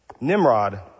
Nimrod